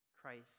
Christ